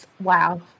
Wow